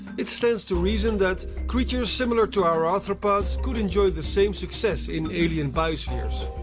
it stands to reason that creatures similar to our arthropods could enjoy the same success in alien biospheres.